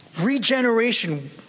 Regeneration